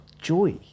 joy